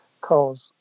cause